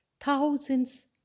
thousands